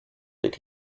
did